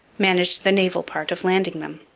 managed the naval part of landing them.